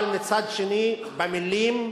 אבל מצד שני במלים,